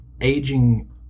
aging